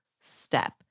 step